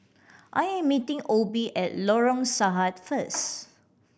I am meeting Obie at Lorong Sahad first